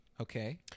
Okay